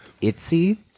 Itzy